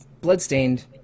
bloodstained